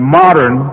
modern